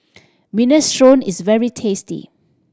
minestrone is very tasty